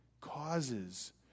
causes